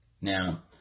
Now